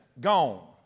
gone